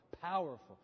powerful